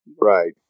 Right